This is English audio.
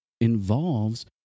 involves